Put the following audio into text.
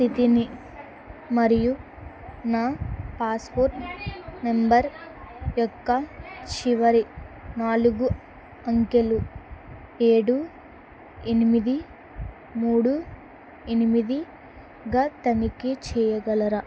స్థితిని మరియు నా పాస్పోర్ట్ నెంబర్ యొక్క చివరి నాలుగు అంకెలు ఏడు ఎనిమిది మూడు ఎనిమిదిగ తనిఖీ చేయగలరా